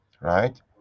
right